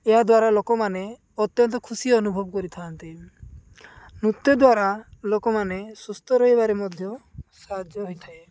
ଏହାଦ୍ଵାରା ଲୋକମାନେ ଅତ୍ୟନ୍ତ ଖୁସି ଅନୁଭବ କରିଥାନ୍ତି ନୃତ୍ୟ ଦ୍ୱାରା ଲୋକମାନେ ସୁସ୍ଥ ରହିବାରେ ମଧ୍ୟ ସାହାଯ୍ୟ ହୋଇଥାଏ